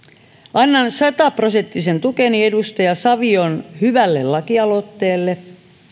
annan sataprosenttisen tukeni edustaja savion hyvälle lakialoitteelle